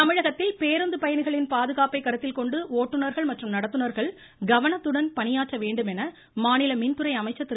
தங்கமணி தமிழகத்தில் பேருந்து பயணிகளின் பாதுகாப்பை கருத்தில் கொண்டு ஓட்டுநர்கள் மற்றும் நடத்துநர்கள் கவனத்துடன் பணியாற்ற வேண்டும் என மாநில மின்துறை அமைச்சர் திரு